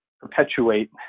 perpetuate